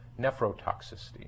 nephrotoxicity